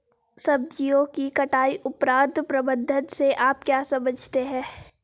सब्जियों की कटाई उपरांत प्रबंधन से आप क्या समझते हैं?